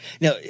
Now